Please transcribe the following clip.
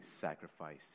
sacrifice